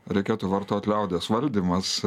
reikėtų vartot liaudies valdymas